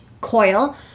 coil